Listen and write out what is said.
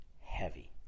heavy